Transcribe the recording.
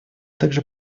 также